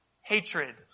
hatred